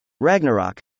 Ragnarok